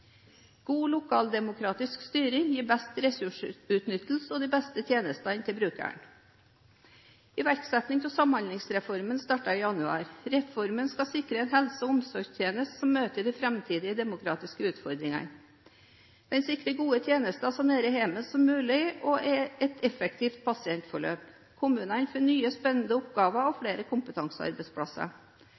God lokaldemokratisk styring gir best ressursutnyttelse og de beste tjenestene for brukeren. Iverksettingen av Samhandlingsreformen startet i januar. Reformen skal sikre en helse- og omsorgstjeneste som møter de fremtidige demografiske utfordringene. Den sikrer gode tjenester så nær hjemmet som mulig og et effektivt pasientforløp. Kommunene får nye spennende oppgaver og flere kompetansearbeidsplasser.